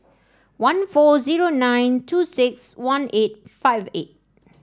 one four zero nine two six one eight five eight